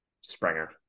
Springer